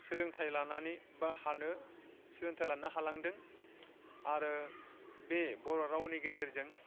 सोलोंथाइ लानानै बा सोलोंथाइ लानो हालांदों आरो बे बर' रावनि गेजेरजों